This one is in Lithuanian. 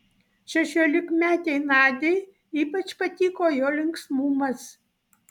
šešiolikmetei nadiai ypač patiko jo linksmumas